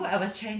ya